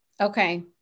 Okay